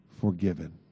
Forgiven